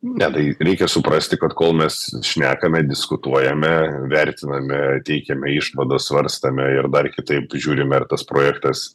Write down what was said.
ne tai reikia suprasti kad kol mes šnekame diskutuojame vertiname teikiame išvadas svarstome ir dar kitaip žiūrime ar tas projektas